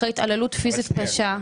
אחרי התעללות פיזית קשה --- אבל שנייה,